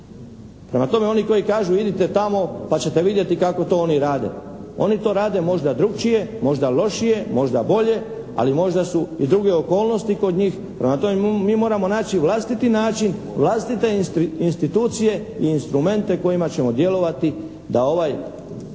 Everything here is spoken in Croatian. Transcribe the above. Prema tome, oni koji kažu idite tamo pa ćete vidjeti kako to oni rade. Oni to rade možda drukčije, možda lošije, možda bolje ali možda su i druge okolnosti kod njih. Prema tome, mi moramo naći vlastiti način, vlastite institucije i instrumente kojima ćemo djelovati da ovaj